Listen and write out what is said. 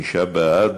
חמישה בעד.